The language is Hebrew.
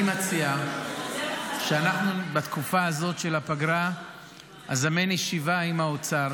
אני מציע שבתקופה הזאת של הפגרה אזמן ישיבה עם האוצר